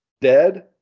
Dead